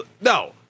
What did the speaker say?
No